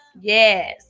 yes